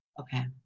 Okay